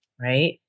right